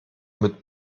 mit